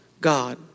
God